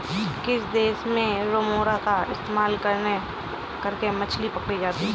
किस देश में रेमोरा का इस्तेमाल करके मछली पकड़ी जाती थी?